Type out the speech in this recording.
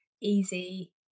easy